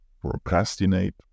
procrastinate